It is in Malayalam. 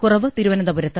കുറവ് തിരുവനന്തപുരത്ത്